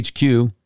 HQ